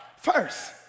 first